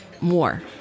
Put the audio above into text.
more